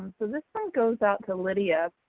this one goes out to lydia.